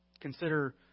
Consider